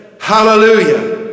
Hallelujah